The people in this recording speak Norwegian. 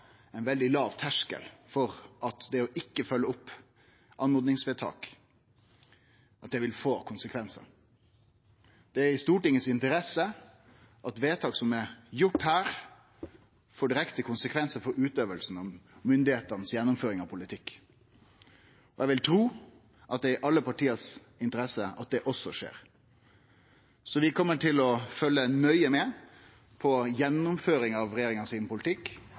ein veldig låg terskel for å sørgje for at det vil få konsekvensar å ikkje følgje opp oppmodingsvedtak. Det er i Stortinget si interesse at vedtak som blir gjorde her, får direkte konsekvensar for myndigheitene si utøving og gjennomføring av politikk. Eg vil tru at det er i alle parti si interesse at det skjer. Så vi kjem til å følgje nøye med på gjennomføringa av politikken til regjeringa